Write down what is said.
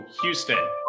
Houston